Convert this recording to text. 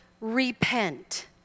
repent